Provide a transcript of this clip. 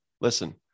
listen